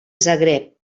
zagreb